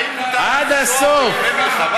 עד הסוף.